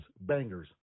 bangers